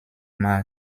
mar